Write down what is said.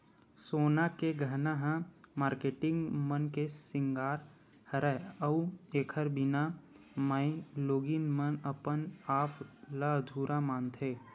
सोना के गहना ह मारकेटिंग मन के सिंगार हरय अउ एखर बिना माइलोगिन मन अपन आप ल अधुरा मानथे